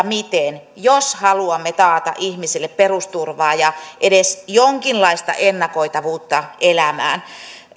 miten jos haluamme taata ihmisille perusturvaa ja edes jonkinlaista ennakoitavuutta elämään